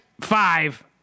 five